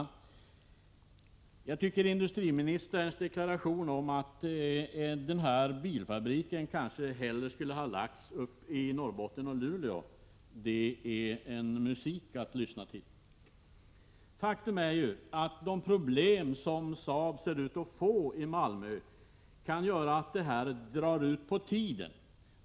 Herr talman! Industriministerns deklaration att bilfabriken kanske hellre skulle ha anlagts i Luleå och Norrbotten är som musik att lyssna till. Faktum är att de problem som Saab ser ut att få i Malmö kan göra att projektet drar ut på tiden.